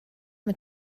mit